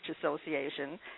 Association